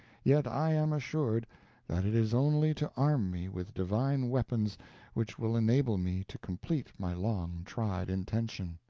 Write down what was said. yet i am assured that it is only to arm me with divine weapons which will enable me to complete my long-tried intention.